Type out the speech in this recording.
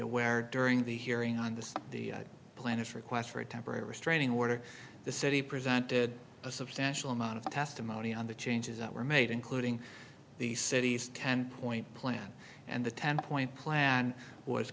aware during the hearing on the planet request for a temporary restraining order the city presented a substantial amount of testimony on the changes that were made including the city's ten point plan and the ten point plan was